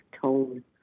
tone